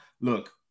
look